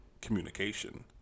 Communication